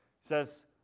says